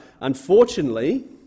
unfortunately